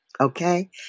Okay